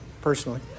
personally